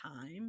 time